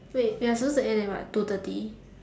wait we're supposed to end at what two thirty